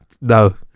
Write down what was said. no